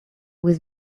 was